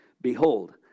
Behold